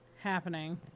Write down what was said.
happening